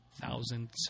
thousands